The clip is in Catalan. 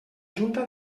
junta